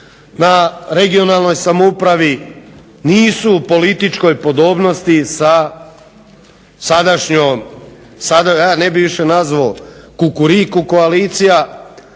na regionalnoj samoupravi nisu u političkoj podobnosti sa sadašnjom, a ne bih više nazvao "kukuriku koalicija"